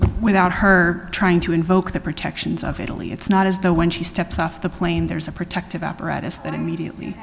without her trying to invoke the protections of italy it's not as though when she steps off the plane there's a protective apparatus that immediately